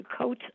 coat